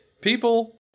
People